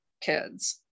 kids